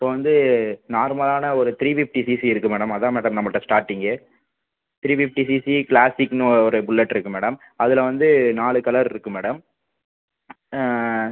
இப்போது வந்து நார்மலான ஒரு த்ரீ ஃபிஃப்டி சிசி இருக்குது மேடம் அதுதான் மேடம் நம்மள்ட்ட ஸ்டாட்டிங்கு த்ரீ ஃபிஃப்டி சிசி கிளாசிக்னு ஒரு புல்லட் இருக்குது மேடம் அதில் வந்து நாலு கலர் இருக்குது மேடம்